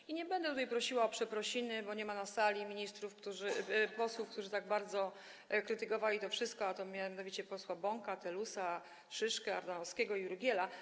I nie będę tutaj prosiła o przeprosiny, bo nie ma na sali ministrów, posłów, którzy tak bardzo krytykowali to wszystko, a mianowicie posłów Bąka, Telusa, Szyszko, Ardanowskiego i Jurgiela.